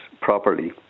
properly